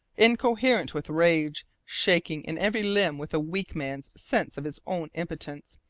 incoherent with rage, shaking in every limb with a weak man's sense of his own impotence,